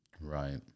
Right